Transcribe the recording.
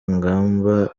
ngamba